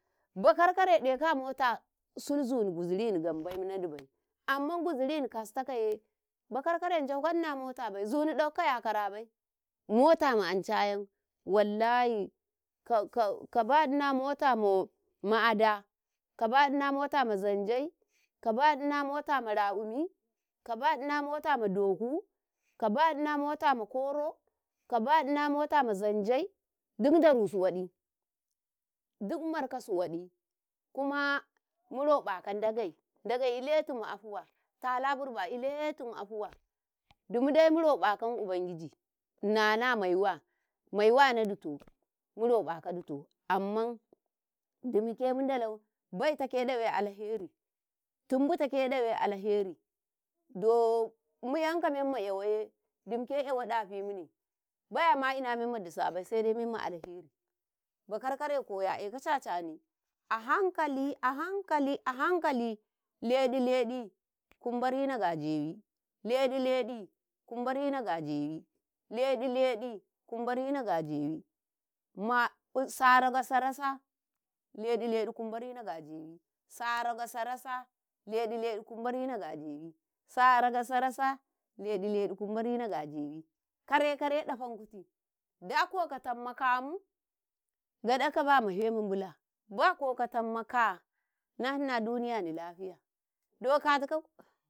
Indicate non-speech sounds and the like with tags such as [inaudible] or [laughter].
﻿Bakar-kare ɗeka a mota sul-zuni guzini gambai nadi bai, amma guzini kastakaye, bakar-kare jauka Ndina mota bai zuni ɗauka ka ϔakarabai, motama anca-ayam wallahi ka, [hesitation] kaba, Ndina motama ada, ka Ndina motama zanjei, kaba Ndina motama rakumi, ka Ndina motama ma doku kaba Ndina motama koro, kaba nadina motama zanjei gid darasu waɗi, duk markasu waɗi, kuma mu roƃaka Ndagei, Ndagei iletom afuwa, tala burba iletum afuwa, dumadai murobakan ubangiji, Ndage Nana maiwa, maiwanadutu murobakadutu amman dumuke mudalau baitake ɗewa alheri, tumbutuke ɗawe alheri dòò mu-'yanka memma 'yawaye dimke 'yawadai datfimu ne, baya maina memma disa bai saidai memma alheri Bakar-kare koya eka cacani a hankali, a hankali, a hankali, leɗi-leɗi kumbarina ga jewii, leɗi-leɗi kumbarina ga jewii, leɗi-leɗi kumbarina ga jewii, ma'aussara-ragasa leɗi-leɗi kumbarina ga jewii saragasarasa leɗi-leɗi kumarina ga jewii, kare-kare ɗafan kuti nda kokatan makam gaɗaka ba mafe ma mbala, ba kokatum maka na Nhina duniyani lafiya do katukau.